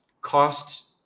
costs